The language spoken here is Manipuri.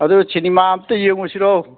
ꯑꯗꯨ ꯁꯤꯅꯦꯃꯥ ꯑꯝꯇ ꯌꯦꯡꯉꯨꯁꯤꯔꯣ